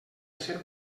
ser